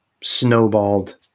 snowballed